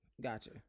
gotcha